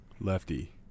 Lefty